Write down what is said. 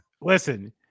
listen